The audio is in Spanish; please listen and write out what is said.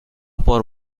por